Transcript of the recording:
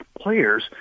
players